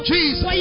Jesus